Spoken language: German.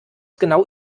genau